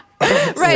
Right